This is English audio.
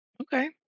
Okay